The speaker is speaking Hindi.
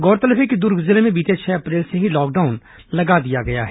गौरतलब है कि दुर्ग जिले में बीते छह अप्रैल से ही लॉकडाउन लगा दिया गया है